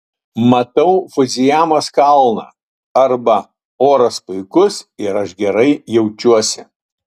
matau fudzijamos kalną arba oras puikus ir aš gerai jaučiuosi